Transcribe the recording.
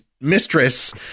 mistress